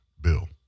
Bill